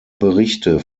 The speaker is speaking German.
berichte